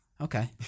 Okay